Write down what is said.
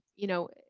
you know,